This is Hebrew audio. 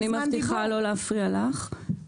אני מבטיחה לא להפריע לך,